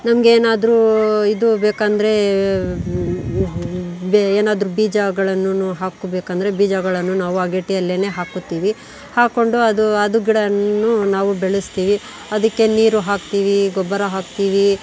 ನಮಗೇನಾದ್ರು ಇದು ಬೇಕಂದರೆ ಏನಾದರೂ ಬೀಜಗಳನ್ನು ಹಾಕಬೇಕಂದ್ರೆ ಬೀಜಗಳನ್ನು ನಾವು ಅಗೇಡಿಯಲ್ಲೆ ಹಾಕ್ಕೊತೀವಿ ಹಾಕಿಕೊಂಡು ಅದು ಅದು ಗಿಡವನ್ನು ನಾವು ಬೆಳೆಸ್ತೀವಿ ಅದಕ್ಕೆ ನೀರು ಹಾಕ್ತೀವಿ ಗೊಬ್ಬರ ಹಾಕ್ತೀವಿ